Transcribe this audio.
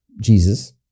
jesus